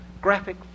graphic